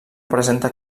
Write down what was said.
presenta